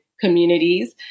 communities